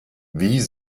wie